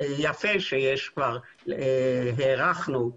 יפה שהארכנו